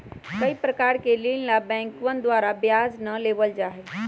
कई प्रकार के ऋण ला बैंकवन द्वारा ब्याज ना लेबल जाहई